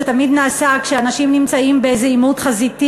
זה תמיד כשאנשים נמצאים באיזה עימות חזיתי